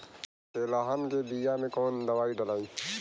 तेलहन के बिया मे कवन दवाई डलाई?